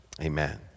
Amen